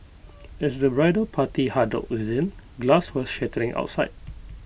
as the bridal party huddled within glass was shattering outside